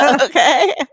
Okay